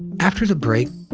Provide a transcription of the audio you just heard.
after the break,